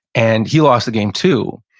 and he lost the game too,